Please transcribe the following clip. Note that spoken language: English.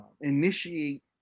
initiate